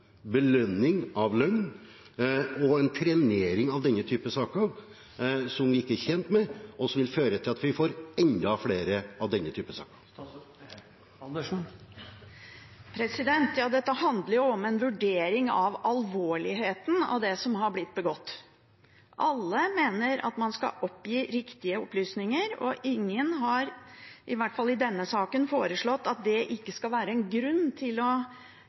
belønning av løgn, og en trenering av denne typen saker, noe vi ikke er tjent med, og som vil føre til at vi får enda flere saker av denne typen. Dette handler jo om en vurdering av alvorligheten i det som er begått. Alle mener at man skal gi riktige opplysninger, og ingen har – i hvert fall ikke i denne saken – foreslått at det ikke skal være en grunn til å